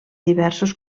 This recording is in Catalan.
diversos